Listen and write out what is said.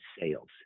sales